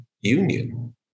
union